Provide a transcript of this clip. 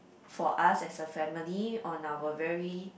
for us as a family on our very